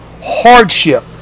hardship